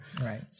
right